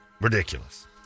Ridiculous